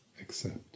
accept